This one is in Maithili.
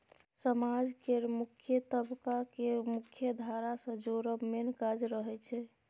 समाज केर गरीब तबका केँ मुख्यधारा सँ जोड़ब मेन काज रहय छै